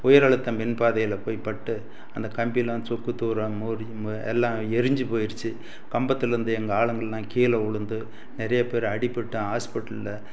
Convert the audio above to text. உயரழுத்த மின் பாதையில் போய் பட்டு அந்த கம்பியெலாம் சுக்கு நுாறா மோதி எல்லாம் எரிஞ்சு போயிடுச்சு கம்பத்தில் இருந்து எங்கள் ஆளுங்கெலாம் கீழே விலுந்து நிறைய பேர் அடிப்பட்டு ஹாஸ்பிட்டலில்